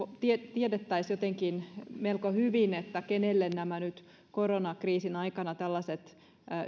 tietäisimme jotenkin melko hyvin kenelle nyt koronakriisin aikana tällaiset